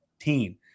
team